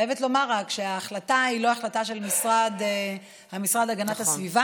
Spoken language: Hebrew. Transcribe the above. אני רק חייבת לומר שההחלטה היא לא החלטה של המשרד להגנת הסביבה.